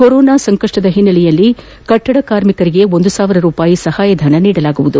corona ಸೋಂಕಿನ ಹಿನ್ನೆಲೆಯಲ್ಲಿ ಕಟ್ಟಡ ಕಾರ್ಮಿಕರಿಗೆ ಒಂದು ಸಾವಿರ ರೂಪಾಯಿ ಸಹಾಯ ಧನ ನೀಡಲಾಗುವುದು